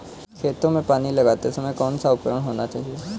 खेतों में पानी लगाते समय कौन सा उपकरण होना चाहिए?